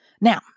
Now